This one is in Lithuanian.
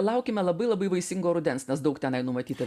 laukiame labai labai vaisingo rudens nes daug tenai numatyta